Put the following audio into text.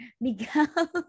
Miguel